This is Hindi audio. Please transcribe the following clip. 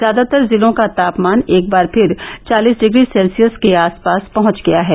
ज्यादातर जिलों का तापमान एक बार फिर चालिस डिग्री सेल्सियस के आसपास पहुंच गया है